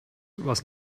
was